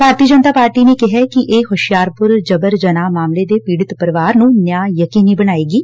ਭਾਰਤੀ ਜਨਤਾ ਪਾਰਟੀ ਨੇ ਕਿਹੈ ਕਿ ਇਹ ਹੁਸ਼ਿਆਰਪੁਰ ਜਬਰ ਜਨਾਹ ਮਾਮਲੇ ਦੇ ਪੀੜਤ ਪਰਿਵਾਰ ਨੂੰ ਨਿਆਂ ਯਕੀਨੀ ਬਣਾਏਗੀ